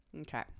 Okay